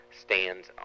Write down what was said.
stands